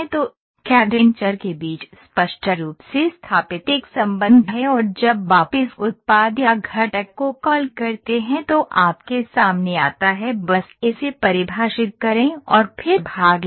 तो CAD इन चर के बीच स्पष्ट रूप से स्थापित एक संबंध है और जब आप इस उत्पाद या घटक को कॉल करते हैं तो आपके सामने आता है बस इसे परिभाषित करें और फिर भाग लें